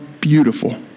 beautiful